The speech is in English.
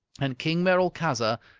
and king merolchazzar,